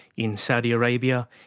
in saudi arabia,